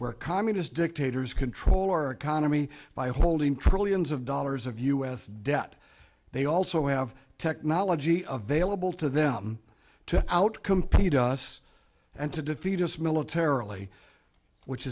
where communist dictators control our economy by holding trillions of dollars of u s debt they also have technology available to them to outcompete us and to defeat us militarily which